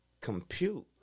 compute